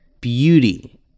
beauty